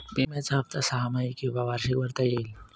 विम्याचा हफ्ता सहामाही किंवा वार्षिक भरता येईल का?